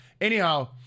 Anyhow